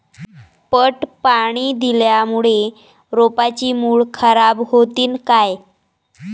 पट पाणी दिल्यामूळे रोपाची मुळ खराब होतीन काय?